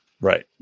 right